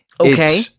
Okay